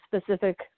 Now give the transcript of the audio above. specific